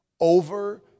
over